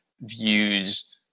views